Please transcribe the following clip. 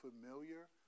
familiar